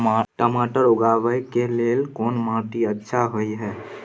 टमाटर उगाबै के लेल कोन माटी अच्छा होय है?